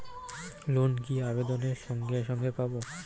Loan কি আবেদনের সঙ্গে সঙ্গে পাব?